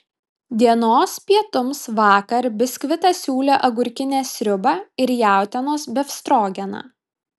dienos pietums vakar biskvitas siūlė agurkinę sriubą ir jautienos befstrogeną